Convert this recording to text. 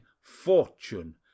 Fortune